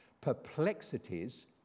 Perplexities